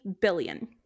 billion